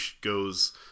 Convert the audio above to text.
goes